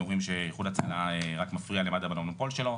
אומרים שאיחוד הצלה רק מפריע למד"א ולמונופול שלו,